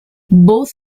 both